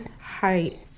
height